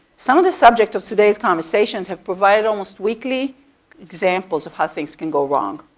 some of the subject of today's conversations have provided almost weekly examples of how things can go wrong.